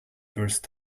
burst